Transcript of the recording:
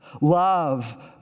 Love